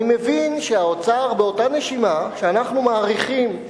אני מבין שהאוצר, באותה נשימה שאנחנו מאריכים,